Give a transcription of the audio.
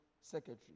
Secretary